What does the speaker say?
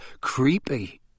creepy